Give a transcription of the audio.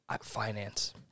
Finance